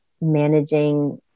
managing